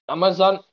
Amazon